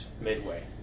midway